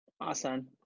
Awesome